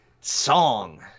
song